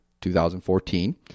2014